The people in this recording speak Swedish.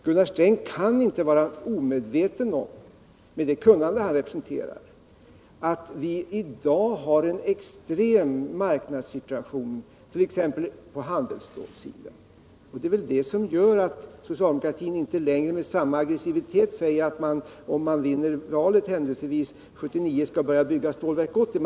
Gunnar Sträng kan inte vara omedveten om —- med det kunnande han representerar — att vi i dag har en extrem marknadssituation, t.ex. på handelsstålssidan. Det är väl det som gör att socialdemokratin inte längre med samma aggressivitet säger att man, om man händelsevis vinner valet 1979, skall börja bygga Stålverk 80.